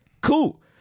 Cool